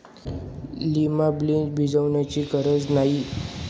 lima beans भिजवण्याची गरज नाही